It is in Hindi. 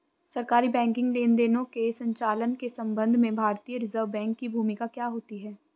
सरकारी बैंकिंग लेनदेनों के संचालन के संबंध में भारतीय रिज़र्व बैंक की भूमिका क्या होती है?